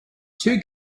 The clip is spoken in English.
two